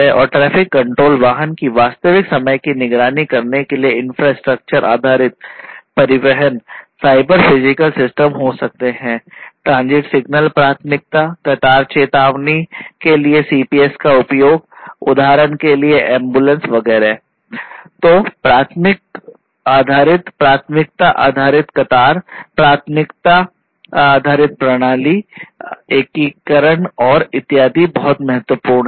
तो प्राथमिकता आधारित प्राथमिकता आधारित कतार प्राथमिकता आधारित प्रणाली एकीकरण और इत्यादि बहुत महत्वपूर्ण हैं